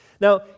Now